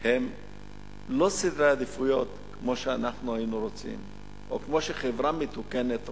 הם לא סדרי עדיפויות כמו שאנחנו היינו רוצים או כמו שחברה מתוקנת רוצה.